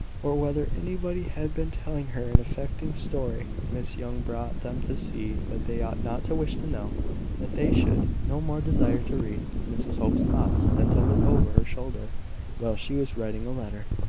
or whether anybody had been telling her an affecting story, miss young brought them to see that they ought not to wish to know that they should no more desire to read mrs hope's thoughts than to look over her shoulder while she was writing a letter.